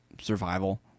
survival